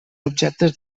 objectes